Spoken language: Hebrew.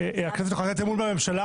הכנסת יכולה לתת אמון בממשלה,